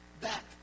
back